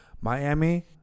Miami